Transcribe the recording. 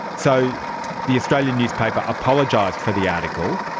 so the australian newspaper apologised for the article,